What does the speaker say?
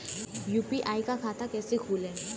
UPI का खाता कैसे खोलें?